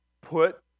put